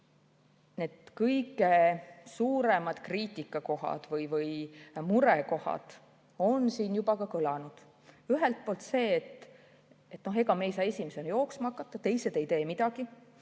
Need kõige suuremad kriitika- või murekohad on siin juba ka kõlanud. Ühelt poolt see, et me ei saa esimesena jooksma hakata, kui teised ei tee midagi,